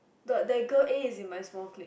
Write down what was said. the that girl A is in my small clique